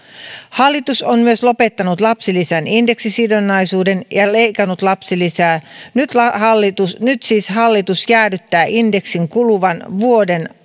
hallitus on myös lopettanut lapsilisän indeksisidonnaisuuden ja leikannut lapsilisää nyt siis hallitus jäädyttää indeksin kuluvan vuoden